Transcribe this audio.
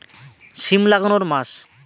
সিম লাগানোর মাস?